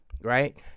Right